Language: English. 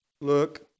look